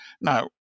Now